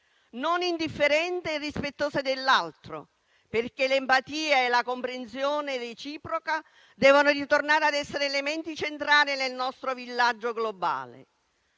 non indifferente e rispettosa dell'altro, perché l'empatia e la comprensione reciproca devono ritornare ad essere elementi centrali nel nostro villaggio globale.